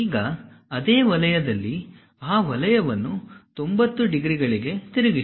ಈಗ ಅದೇ ವಲಯದಲ್ಲಿ ಆ ವಲಯವನ್ನು 90 ಡಿಗ್ರಿಗಳಿಗೆ ತಿರುಗಿಸಿ